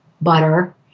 butter